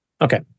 Okay